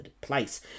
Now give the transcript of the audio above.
place